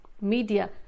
media